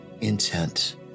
intent